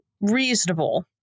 reasonable